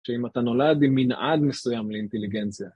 שאם אתה נולד עם מנעד מסוים לאינטליגנציה